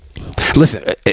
Listen